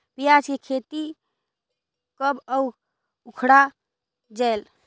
पियाज के खेती कब अउ उखाड़ा जायेल?